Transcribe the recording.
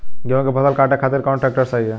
गेहूँ के फसल काटे खातिर कौन ट्रैक्टर सही ह?